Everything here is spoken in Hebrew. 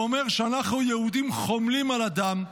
הוא אומר שאנחנו היהודים חומלים על אדם,